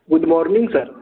good morning sir